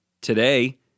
today